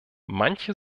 manche